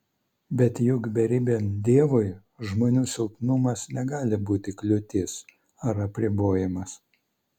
bet juk beribiam dievui žmonių silpnumas negali būti kliūtis ar apribojimas